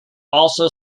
also